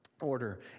Order